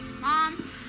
Mom